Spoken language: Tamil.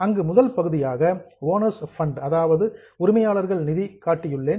அங்கு முதல் பகுதியாக ஓனர்ஸ் ஃபண்ட் உரிமையாளர்கள் நிதியை காட்டியுள்ளேன்